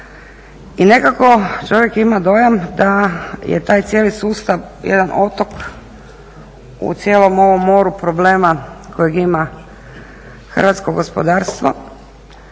i nekako čovjek ima dojam da je taj cijeli sustav jedan otok u cijelom ovom moru problema kojeg ima hrvatsko gospodarstvo,